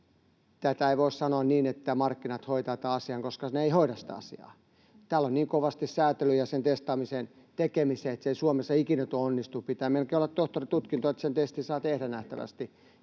Ei voi sanoa niin, että markkinat hoitavat tämän asian, koska ne eivät hoida sitä asiaa. Täällä on niin kovasti säätelyjä sen testaamisen tekemiseen, että se ei Suomessa tule ikinä onnistumaan. Pitää nähtävästi melkein olla tohtorin tutkinto, että sen testin saa tehdä,